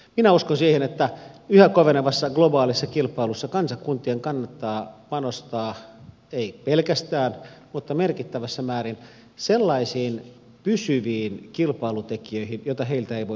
minä uskon siihen että yhä kovenevassa globaalissa kilpailussa kansakuntien kannattaa panostaa ei pelkästään mutta merkittävässä määrin sellaisiin pysyviin kilpailutekijöihin joita heiltä ei voi ottaa pois